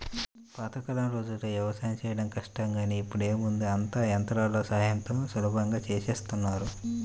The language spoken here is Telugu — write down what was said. పాతకాలం రోజుల్లో యవసాయం చేయడం కష్టం గానీ ఇప్పుడేముంది అంతా యంత్రాల సాయంతో సులభంగా చేసేత్తన్నారు